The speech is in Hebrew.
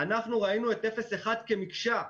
אנחנו ראינו את אפס עד אחד קילומטר כמקשה.